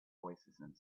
voicesand